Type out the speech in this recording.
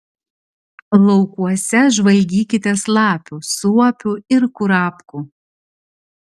laukuose žvalgykitės lapių suopių ir kurapkų